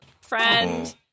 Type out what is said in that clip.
friend